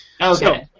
Okay